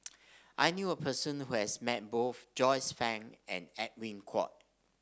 I knew a person who has met both Joyce Fan and Edwin Koek